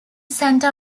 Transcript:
santa